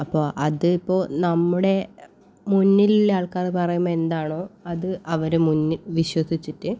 അപ്പോൾ അത് ഇപ്പോൾ നമ്മുടെ മുന്നിലുള്ള ആൾക്കാർ പറയുമ്പോൾ എന്താണോ അത് അവർ മുന്നി വിശ്വസിച്ചിട്ട്